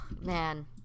man